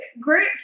groups